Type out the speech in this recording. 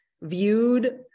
viewed